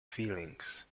feelings